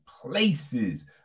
places